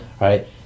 Right